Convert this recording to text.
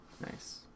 Nice